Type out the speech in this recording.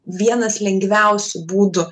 vienas lengviausių būdų